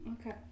Okay